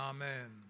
Amen